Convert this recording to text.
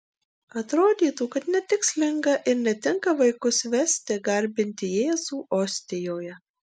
atrodytų kad netikslinga ir netinka vaikus vesti garbinti jėzų ostijoje